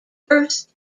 burst